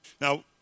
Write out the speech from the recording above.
Now